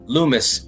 Loomis